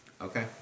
Okay